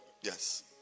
Yes